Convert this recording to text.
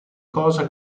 cosa